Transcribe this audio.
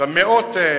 אבל יש שם מאות משאיות.